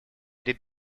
did